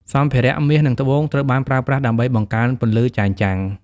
សម្ភារៈមាស និងត្បូងត្រូវបានប្រើប្រាស់ដើម្បីបង្កើនពន្លឺចែងចាំង។